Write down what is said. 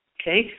Okay